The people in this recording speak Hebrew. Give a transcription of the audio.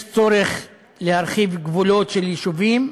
יש צורך להרחיב גבולות של יישובים,